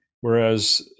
Whereas